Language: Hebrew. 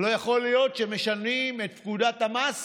לא יכול להיות שמשנים את פקודת המס